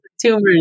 tumors